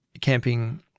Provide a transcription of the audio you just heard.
camping